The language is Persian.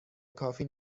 کافی